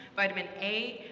vitamin a,